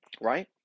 right